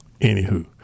anywho